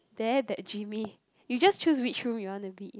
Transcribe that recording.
there that jimmy you just choose which room you want to be in